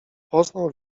poznał